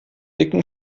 dicken